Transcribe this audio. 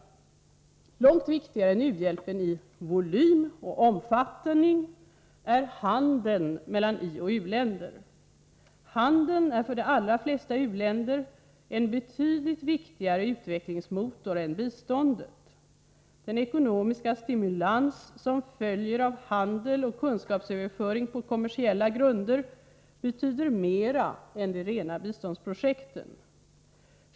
Långt viktigare än u-hjälpen i volym och omfattning är handeln mellan i-länder och u-länder. Handeln är för de allra flesta u-länder en betydligt viktigare utvecklingsmotor än biståndet. Den ekonomiska stimulans som följer av handel och kunskapsöverföring på kommersiella grunder betyder mera än de rena biståndsprojekten.